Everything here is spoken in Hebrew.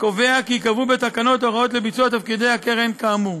קובע כי ייקבעו בתקנות הוראות לביצוע תפקידי הקרן כאמור.